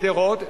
שׂדרות.